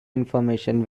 information